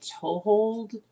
toehold